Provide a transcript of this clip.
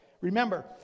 Remember